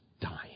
dying